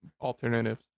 alternatives